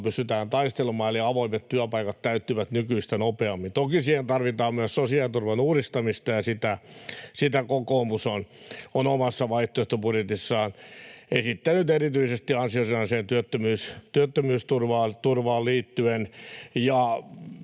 pystytään taistelemaan, eli avoimet työpaikat täyttyvät nykyistä nopeammin. Toki siihen tarvitaan myös sosiaaliturvan uudistamista, ja sitä kokoomus on omassa vaihtoehtobudjetissaan esittänyt erityisesti ansiosidonnaiseen työttömyysturvaan liittyen